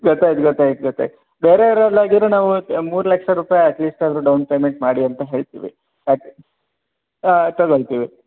ಗೊತ್ತಾಯ್ತು ಗೊತ್ತಾಯ್ತು ಗೊತ್ತಾಯ್ತು ಬೇರೆಯವರೆಲ್ಲ ಆಗಿದ್ದರೆ ನಾವು ಮೂರು ಲಕ್ಷ ರೂಪಾಯಿ ಅಟ್ ಲೀಸ್ಟ್ ಆದರು ಡೌನ್ ಪೇಮೆಂಟ್ ಮಾಡಿ ಅಂತ ಹೇಳ್ತಿವಿ ಹಾಗೆ ತಗೋಳ್ತಿವಿ